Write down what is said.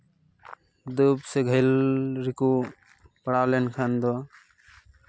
ᱫᱩᱠ ᱥᱮ ᱜᱷᱟᱹᱞ ᱨᱮᱠᱚ ᱯᱟᱲᱟᱣ ᱞᱮᱱᱠᱷᱟᱱ ᱫᱚ